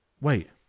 Wait